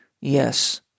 yes